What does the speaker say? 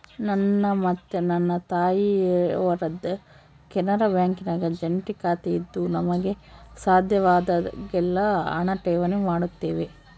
ನನ್ನ ಮತ್ತು ನನ್ನ ತಾಯಿಯವರದ್ದು ಕೆನರಾ ಬ್ಯಾಂಕಿನಾಗ ಜಂಟಿ ಖಾತೆಯಿದ್ದು ನಮಗೆ ಸಾಧ್ಯವಾದಾಗೆಲ್ಲ ಹಣ ಠೇವಣಿ ಮಾಡುತ್ತೇವೆ